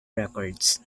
records